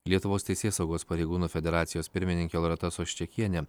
lietuvos teisėsaugos pareigūnų federacijos pirmininkė loreta soščekienė